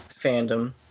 fandom